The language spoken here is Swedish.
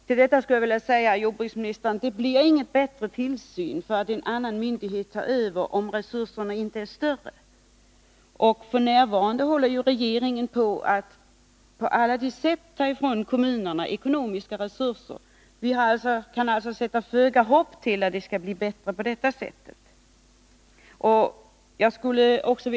Då skulle jag vilja säga till jordbruksministern att det inte blir någon bättre tillsyn därför att en annan myndighet tar över verksamheten, om resurserna inte blir större. F. n. håller ju regeringen på med att på alla de sätt ta ifrån kommunerna ekonomiska resurser. Det är alltså föga hopp om att det skall bli bättre på detta sätt.